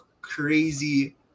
crazy